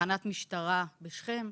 בתחנת משטרה בשכם,